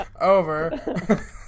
over